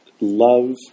love